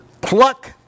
pluck